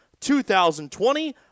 2020